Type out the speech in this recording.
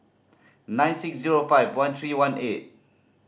nine six zero five one three one eight